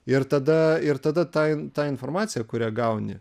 ir tada ir tada ta in ta informacija kurią gauni